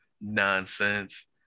nonsense